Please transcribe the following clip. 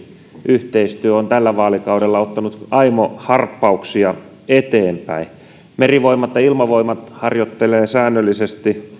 yhteistyö on tällä vaalikaudella ottanut aimo harppauksia eteenpäin merivoimat ja ilmavoimat harjoittelevat säännöllisesti